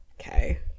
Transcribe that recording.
Okay